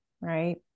Right